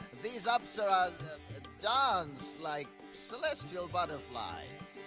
these apsaras dance like celestial butterflies.